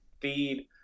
feed